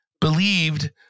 believed